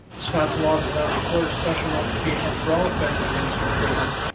wisconsin law does not record special notifications for all offenders released from prison.